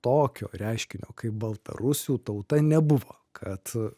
tokio reiškinio kaip baltarusių tauta nebuvo kad